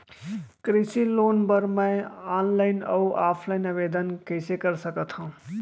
कृषि लोन बर मैं ऑनलाइन अऊ ऑफलाइन आवेदन कइसे कर सकथव?